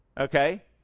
Okay